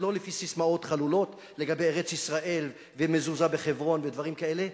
ולא לפי ססמאות חלולות לגבי ארץ-ישראל ומזוזה בחברון ודברים כאלה,